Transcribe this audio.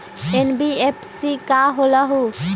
NBFC का होलहु?